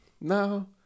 no